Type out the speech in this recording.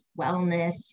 wellness